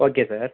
okay sir